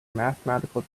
mathematical